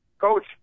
Coach